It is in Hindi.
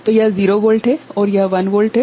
तो यह 0 वोल्ट है और यह 1 वोल्ट है